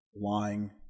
lying